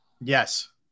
Yes